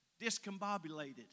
Discombobulated